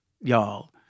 y'all